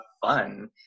fun